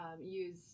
use